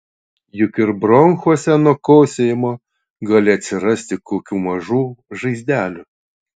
juk ir bronchuose nuo kosėjimo gali atsirasti kokių mažų žaizdelių